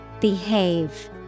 Behave